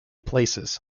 places